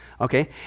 Okay